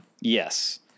Yes